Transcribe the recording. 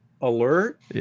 alert